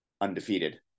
undefeated